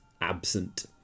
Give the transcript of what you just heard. absent